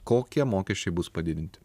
kokie mokesčiai bus padidinti